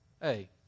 hey